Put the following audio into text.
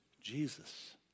Jesus